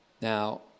Now